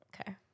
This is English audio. Okay